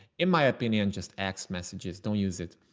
in my opinion, just ex messages don't use it.